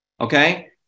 okay